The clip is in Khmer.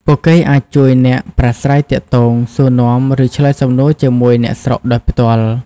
ពួកគេអាចជួយអ្នក ប្រាស្រ័យទាក់ទង សួរនាំ ឬឆ្លើយសំណួរជាមួយអ្នកស្រុកដោយផ្ទាល់។